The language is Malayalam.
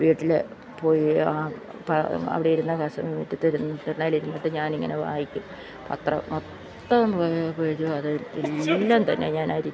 വീട്ടില് പോയി അപ്പോള് അവിടെയിരുന്ന കസേര മുറ്റത്ത് ഇരുന്ന് തിണ്ണയിലിരുന്നിട്ട് ഞാനിങ്ങനെ വായിക്കും പത്രം മൊത്തം പേജും അത് എല്ലാം തന്നെ ഞാനരി